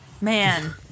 Man